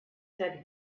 said